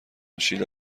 شیلا